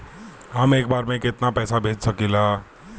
हम एक बार में केतना पैसा भेज सकिला?